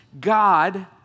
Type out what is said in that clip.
God